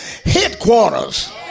headquarters